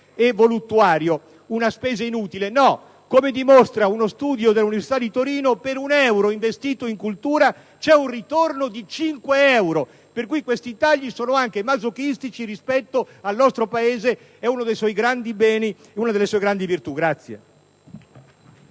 e voluttuario, una spesa inutile. No! Come dimostra uno studio dell'università di Torino, per un euro investito in cultura c'è un ritorno di cinque euro, per cui questi tagli sono anche masochistici rispetto al nostro Paese e ad uno dei suoi grandi beni e virtù. *(Applausi dal Gruppo